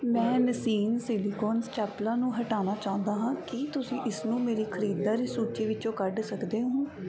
ਮੈਂ ਨਸੀਨ silicone stapler ਨੂੰ ਹਟਾਉਣਾ ਚਾਹੁੰਦਾ ਹਾਂ ਕੀ ਤੁਸੀਂ ਇਸ ਨੂੰ ਮੇਰੀ ਖਰੀਦਦਾਰੀ ਸੂਚੀ ਵਿੱਚੋਂ ਕੱਢ ਸਕਦੇ ਹੋ